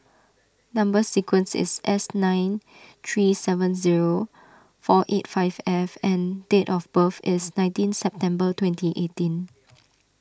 Number Sequence is S nine three seven zero four eight five F and date of birth is nineteen September twenty eighteen